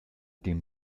dem